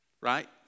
right